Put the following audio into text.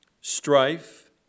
strife